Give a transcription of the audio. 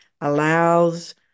allows